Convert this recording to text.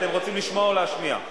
אתם רוצים לשמוע או להשמיע?